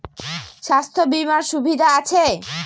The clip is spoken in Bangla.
স্বাস্থ্য বিমার সুবিধা আছে?